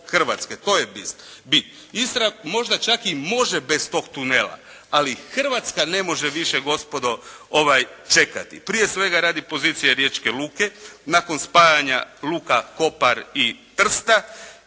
To je bit. Istra možda čak i može bez tog tunela, ali Hrvatska ne može više gospodo čekati. Prije svega radi pozicije Riječke luke nakon spajanja luka Kopar i Trsta.